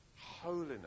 holiness